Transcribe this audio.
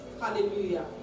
Hallelujah